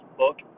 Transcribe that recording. book